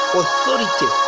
authority